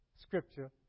scripture